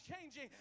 changing